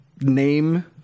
name